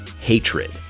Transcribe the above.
hatred